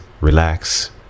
relax